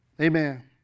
amen